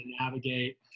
navigate –